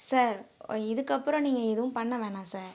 sir இதுக்கப்புறம் நீங்கள் எதுவும் பண்ண வேணாம் சார்